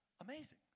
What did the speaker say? amazing